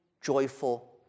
joyful